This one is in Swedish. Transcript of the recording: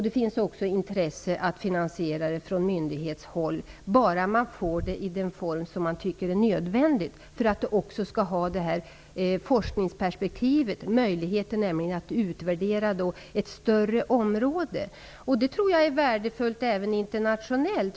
Det finns också intresse från myndighetshåll att finansiera det, om man får det i en form som är nödvändig för att det skall ha ett forskningsperspektiv, dvs möjligheten att utvärdera ett större område. Jag tror att det är värdefullt även internationellt.